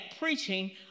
preaching